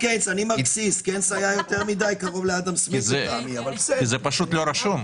כי זה פשוט לא רשום.